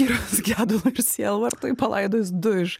ir gedulo ir sielvartui palaidojus du iš